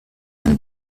einen